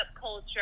culture